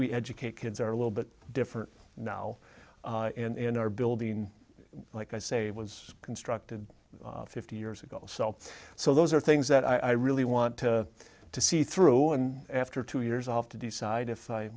we educate kids are a little bit different now in our building like i say was constructed fifty years ago so those are things that i really want to to see through and after two years off to decide if i